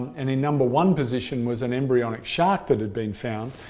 and in number one position was an embryonic shark that had been found.